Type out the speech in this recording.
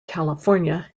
california